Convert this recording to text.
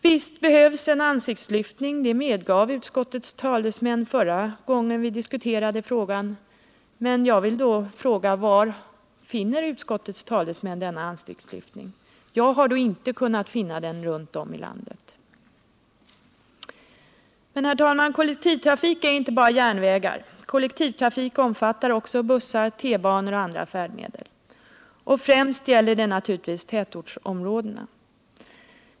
Visst behövs en ansiktslyftning, medgav utskottets talesmän förra gången vi diskuterade frågan. Var har då denna ansiktslyftning skett? Jag har inte kunnat finna den någonstans i landet. Men kollektivtrafik är inte bara järnvägar; kollektivtrafiken omfattar också bussar, T-banor och andra färdmedel. Främst gäller detta naturligtvis tätortsområdena.